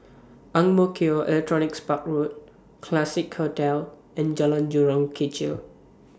Ang Mo Kio Electronics Park Road Classique Hotel and Jalan Jurong Kechil